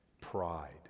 pride